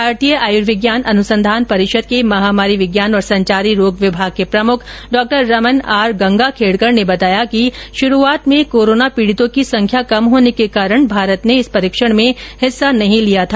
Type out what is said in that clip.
भारतीय आयूर्विज्ञान अनुसंधान परिषद के महामारी विज्ञान और संचारी रोग विभाग के प्रमुख डॉक्टर रमन आर गंगाखेडकर ने बताया कि शुरूआत में कोरोना पीडितों की संख्या कम होने के कारण भारत ने इस परीक्षण में हिस्सा नहीं लिया था